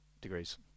degrees